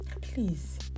please